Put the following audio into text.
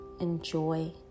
enjoy